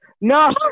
No